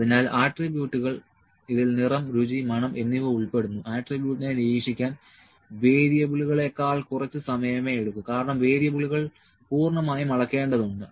അതിനാൽ ആട്രിബ്യൂട്ടുകൾ ഇതിൽ നിറം രുചി മണം എന്നിവ ഉൾപ്പെടുന്നു ആട്രിബ്യൂട്ടിനെ നിരീക്ഷിക്കാൻ വേരിയബിളുകളേക്കാൾ കുറച്ച് സമയമേ എടുക്കു കാരണം വേരിയബിളുകൾ പൂർണ്ണമായും അളക്കേണ്ടതുണ്ട്